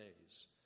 days